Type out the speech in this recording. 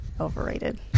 Overrated